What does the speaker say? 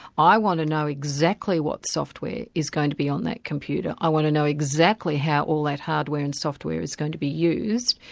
i want to know exactly what software is going to be on that computer. i want to know exactly how all that hardware and software is going to be used,